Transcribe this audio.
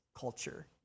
culture